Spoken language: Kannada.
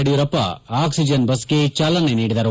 ಯಡಿಯೂರಪ್ಪ ಆಕ್ಸಿಜನ್ ಬಸ್ಗೆ ಚಾಲನೆ ನೀಡಿದರು